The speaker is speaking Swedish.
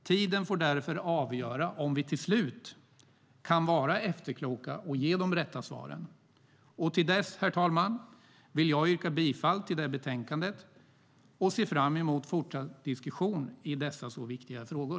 Tiden får därför avgöra om vi till slut kan vara efterkloka och ge de rätta svaren. Till dess, herr talman, vill jag yrka bifall till utskottets förslag till beslut och ser fram emot fortsatt diskussion i dessa så viktiga frågor.